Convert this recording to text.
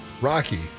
Rocky